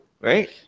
right